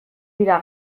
dira